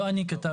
לא אני כתבתי.